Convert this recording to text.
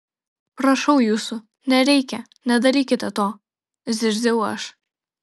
prašau jūsų nereikia nedarykite to zirziau aš